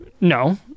no